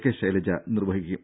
K Shailaja നിർവഹിക്കും